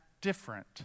different